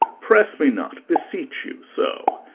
press me not, beseech you, so,